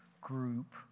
group